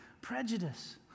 prejudice